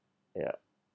ya